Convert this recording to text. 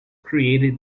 created